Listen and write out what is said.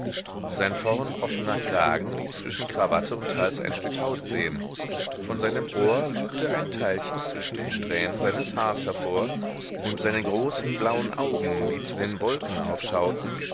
sein vorn offener kragen ließ zwischen krawatte und hals ein stück haut sehen von seinem ohr lugte ein teilchen zwischen den strähnen seines haars hervor und seine großen blauen augen die zu den wolken aufschauten